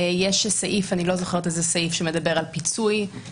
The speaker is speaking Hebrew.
יש סעיף שמדבר על פיצוי נפגעים.